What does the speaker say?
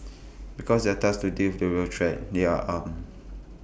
because they are tasked to deal with real threats they are armed